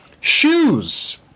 Shoes